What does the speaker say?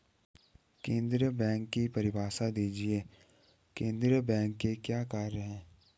केंद्रीय बैंक की परिभाषा दीजिए केंद्रीय बैंक के क्या कार्य हैं?